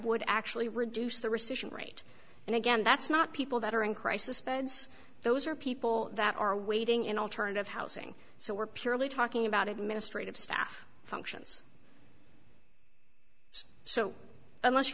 would actually reduce the rescission rate and again that's not people that are in crisis beds those are people that are waiting in alternative housing so we're purely talking about administrative staff functions so unless you